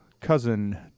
cousin